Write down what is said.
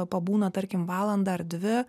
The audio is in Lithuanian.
pabūna tarkim valandą ar dvi